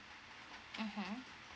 mmhmm